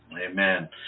Amen